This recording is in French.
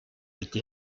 été